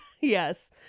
Yes